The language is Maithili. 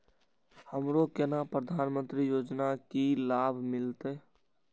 हमरो केना प्रधानमंत्री योजना की लाभ मिलते?